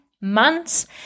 months